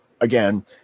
again